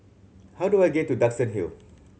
how do I get to Duxton Hill